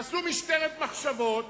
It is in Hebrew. תעשו משטרת מחשבות,